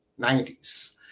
90s